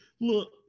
Look